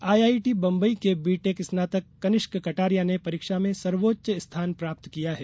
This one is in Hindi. आईआईटी बम्बई के बी टेक स्नातक कनिष्क कटारिया ने परीक्षा में सर्वोच्च स्थान प्राप्त किया है